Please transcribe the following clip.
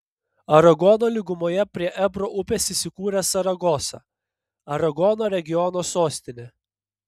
aragono lygumoje prie ebro upės įsikūrė saragosa aragono regiono sostinė